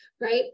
right